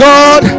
God